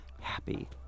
happy